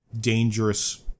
dangerous